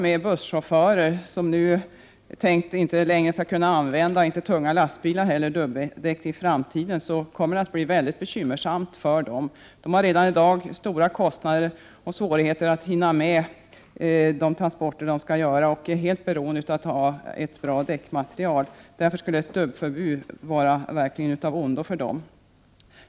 För busschaufförer och chaufförer i tunga lastbilar som inte kan använda dubbdäck i framtiden kommer det att bli mycket bekymmersamt. De har redan i dag stora kostnader och svårigheter att hinna med de transporter som de skall utföra, och de är helt beroende av ett bra däckmaterial. Därför skulle ett dubbförbud vara av ondo för dem.